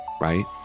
right